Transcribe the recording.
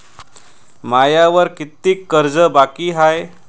मायावर कितीक कर्ज बाकी हाय?